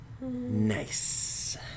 Nice